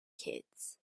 kids